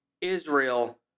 Israel